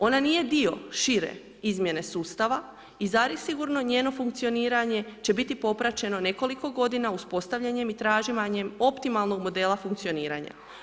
Ona nije dio šire izmjene sustava i zasigurno njeno funkcioniranje će biti popraćeno nekoliko godina uspostavljanjem i ... optimalnog modela funkcioniranja.